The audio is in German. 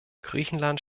griechenland